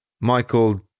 Michael